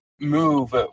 move